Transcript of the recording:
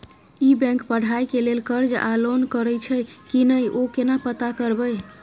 ई bank पढ़ाई के लेल कर्ज आ लोन करैछई की नय, यो केना पता करबै?